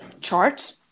chart